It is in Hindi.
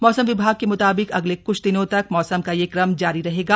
मौसम विभाग के म्ताबिक अगले क्छ दिनों तक मौसम का यह क्रम जारी रहेगा